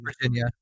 Virginia